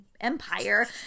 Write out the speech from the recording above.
empire